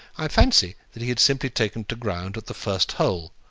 i fancy that he had simply taken to ground at the first hole,